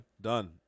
done